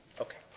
Okay